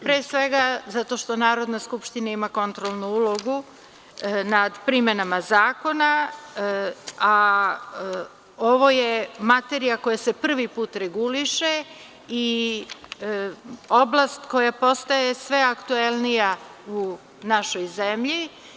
Pre svega zato što Narodna skupština ima kontrolnu ulogu nad primenama zakona, a ovo je materija koja se prvi put reguliše i oblast koja postaje sve aktuelnija u našoj zemlji.